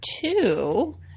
two